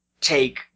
take